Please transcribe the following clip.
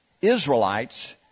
Israelites